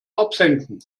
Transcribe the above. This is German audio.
absenken